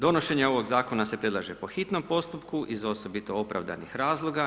Donošenje ovog Zakona se predlaže po hitnom postupku iz osobito opravdanih razloga.